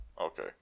okay